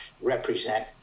represent